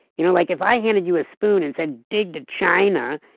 you know like if i handed you a spoon and said dig to china,